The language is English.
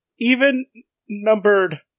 Even-numbered